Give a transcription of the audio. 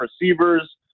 receivers